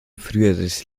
frühes